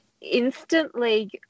instantly